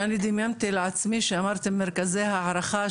שאני דמיינתי לעצמי שאמרת מרכזי הערכה,